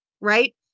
Right